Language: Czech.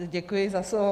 Děkuji za slovo.